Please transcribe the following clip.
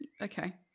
Okay